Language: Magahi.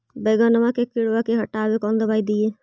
बैगनमा के किड़बा के हटाबे कौन दवाई दीए?